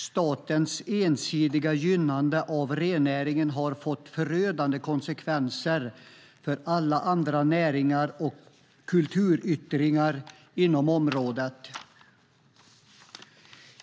Statens ensidiga gynnande av rennäringen har fått förödande konsekvenser för alla andra näringar och kulturyttringar inom området.